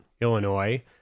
Illinois